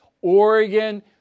Oregon